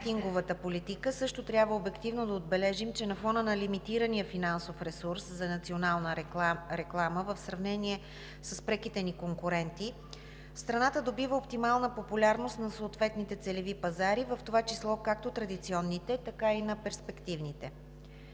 в това число както традиционните, така и на перспективните.